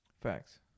Facts